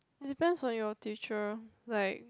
depends on your teacher like